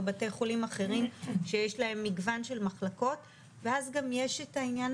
בתי חולים אחרים שיש להם מגוון של מחלקות ואז גם יש את העניין